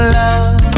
love